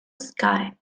sky